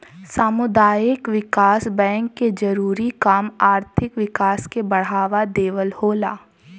सामुदायिक विकास बैंक के जरूरी काम आर्थिक विकास के बढ़ावा देवल होला